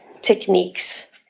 techniques